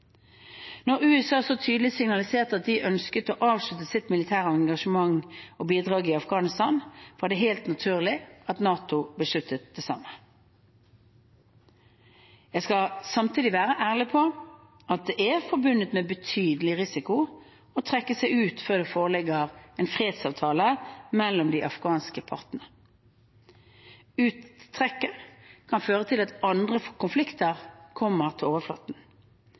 Når USA så tydelig signaliserte at de ønsket å avslutte sitt militære engasjement og bidrag i Afghanistan, var det helt naturlig at NATO besluttet det samme. Jeg skal samtidig være ærlig på at det er forbundet med betydelig risiko å trekke seg ut før det foreligger en fredsavtale mellom de afghanske partene. Uttrekket kan føre til at andre konflikter kommer til